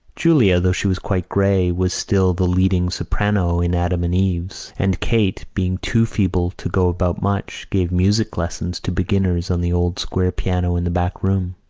julia, though she was quite grey, was still the leading soprano in adam and eve's, and kate, being too feeble to go about much, gave music lessons to beginners on the old square piano in the back room.